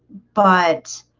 but